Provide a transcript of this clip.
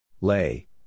Lay